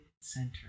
center